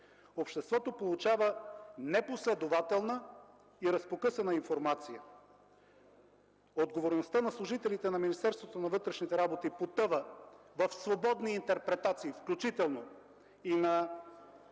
обществото получава непоследователна и разпокъсана информация. Отговорността на служителите на Министерството на вътрешните работи потъва в свободни интерпретации, включително и на